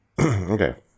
Okay